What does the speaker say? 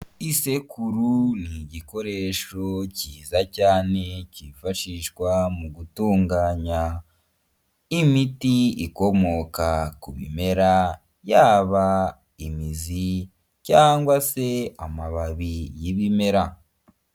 Isekuru ni igikoresho cyiza cyane cyifashishwa mu gutunganya imiti ikomoka ku bimera, yaba imizi cyangwa se amababi y'ibimera.